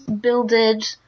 builded